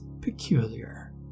peculiar